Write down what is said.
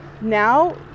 Now